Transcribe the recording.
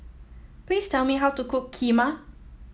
please tell me how to cook Kheema